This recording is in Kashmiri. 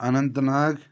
اَنٛنت ناگ